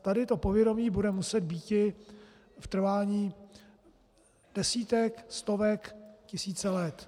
Tady to povědomí bude muset být v trvání desítek, stovek, tisíce let.